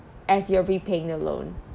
as you are repaying the loan